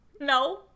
No